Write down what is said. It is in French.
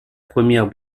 première